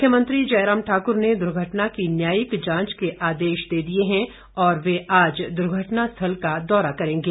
मुख्यमंत्री जयराम ठाकुर ने दुर्घटना की न्यायिक जांच के आदेश दे दिए हैं और वे आज दुर्घटना स्थल का दौरा करेंगे